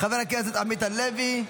חבר הכנסת עמית הלוי,